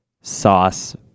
sauce